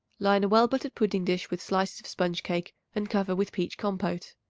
line a well-buttered pudding-dish with slices of sponge-cake and cover with peach compote.